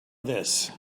this